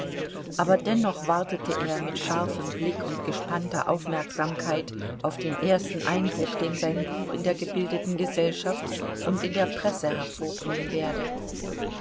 aber dennoch wartete er mit scharfem blick und gespannter aufmerksamkeit auf den ersten eindruck den sein buch in der gebildeten gesellschaft und in der presse hervorbringen werde